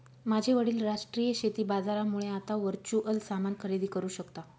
माझे वडील राष्ट्रीय शेती बाजारामुळे आता वर्च्युअल सामान खरेदी करू शकता